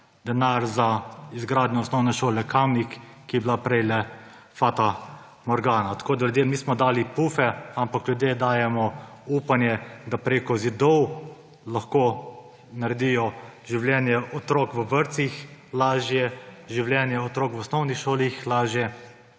denar za izgradnjo osnovne šole Kamnik, ki je bila prej le fatamorgana. Tako da ljudem nismo dali pufov, ampak ljudem dajemo upanje, da prek zidov lahko naredijo življenje otrok v vrtcih lažje, življenje otrok v osnovnih šolah lažje,